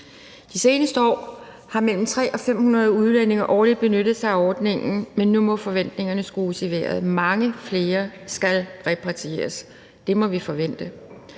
De seneste år har mellem 300 og 500 udlændinge årligt benyttet sig af ordningen, men nu må forventningerne skrues i vejret. Mange flere skal repatrieres. Det må vi forvente.